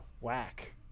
whack